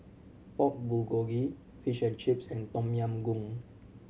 Pork Bulgogi Fish and Chips and Tom Yam Goong